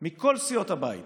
מכל סיעות הבית,